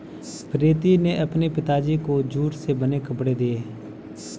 प्रीति ने अपने पिताजी को जूट से बने कपड़े दिए